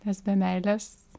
nes be meilės